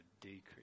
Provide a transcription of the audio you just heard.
decrease